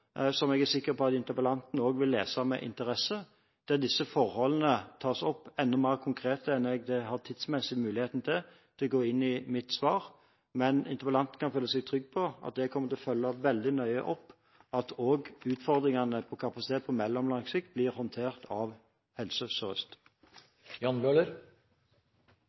som jeg er sikker på at også interpellanten vil lese med interesse – der disse forholdene tas opp enda mer konkret enn jeg tidsmessig har mulighet til å gå inn i i mitt svar. Men interpellanten kan føle seg trygg på at jeg kommer til å følge veldig nøye opp at utfordringene med kapasitet på mellomlang sikt blir håndtert av Helse